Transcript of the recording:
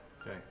Okay